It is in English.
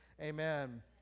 Amen